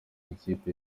ikipe